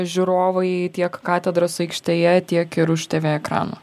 žiūrovai tiek katedros aikštėje tiek ir už tv ekranų